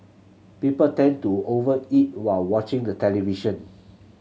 people tend to over eat while watching the television